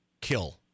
kill